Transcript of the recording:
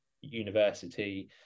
university